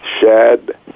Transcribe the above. Shad